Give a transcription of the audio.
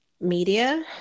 media